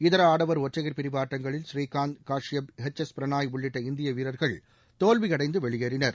இதர ஆடவர் ஒற்றையர் பிரிவு ஆட்டங்களில் ஸ்ரீகாந்த் காஷ்யப் எச்எஸ் பிரனாய் உள்ளிட்ட இந்திய வீரர்கள் தோல்வியடைந்து வெளியேறினர்